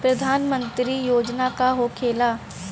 प्रधानमंत्री योजना का होखेला?